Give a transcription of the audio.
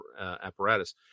apparatus